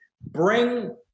Bring